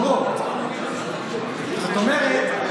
זאת אומרת,